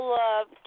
love